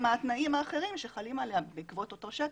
מה התנאים האחרים שחלים עליו בעקבות אותו שטח.